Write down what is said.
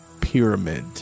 pyramid